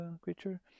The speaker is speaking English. creature